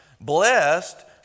Blessed